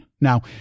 Now